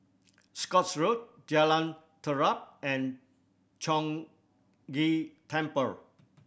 Scotts Road Jalan Terap and Chong Ghee Temple